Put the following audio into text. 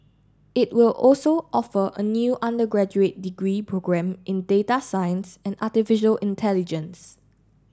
it will also offer a new undergraduate degree programme in data science and artificial intelligence